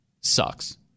sucks